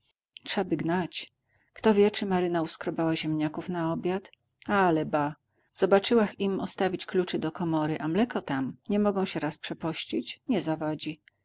trza by gnać kto wie czy maryna uskrobała ziemniaków na obiad ale ba zabaczyłach im ostawić kluczy od komory a mleko tam no mogą się raz przepościć nie zawadzi